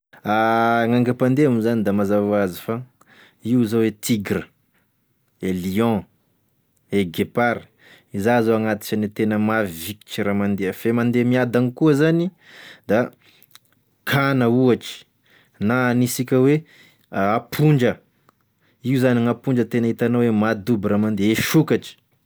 Gn'aingampandeha moa zany da mazava hoazy fa, io zao e Tigra, e Lion, e guepard, iza zao agnatisany mavikitry raha mandeha, fa e mandeha miadagny koa zany da kana ohatry na anisika hoe ampondra io zany gn'ampondra tena hitanao hoe madoby raha mandeha, e sokatry.